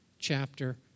chapter